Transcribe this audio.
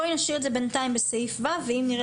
בואי נשאיר את זה בינתיים בסעיף (ו) ואם נראה